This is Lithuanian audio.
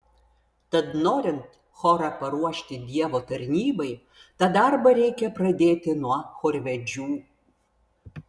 tad norint chorą paruošti dievo tarnybai tą darbą reikia pradėti nuo chorvedžių